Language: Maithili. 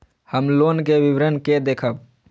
हम लोन के विवरण के देखब?